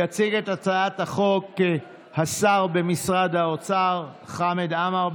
יציג את הצעת החוק השר במשרד האוצר חמד עמאר,